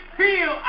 feel